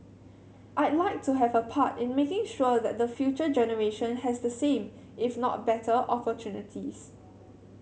I'd like to have a part in making sure that the future generation has the same if not betteropportunities